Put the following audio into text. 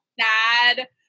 sad